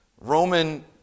Roman